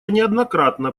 неоднократно